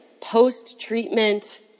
post-treatment